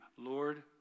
Lord